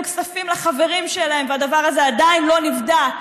כספים לחברות שלהם והדבר הזה עדיין לא נבדק